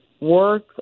work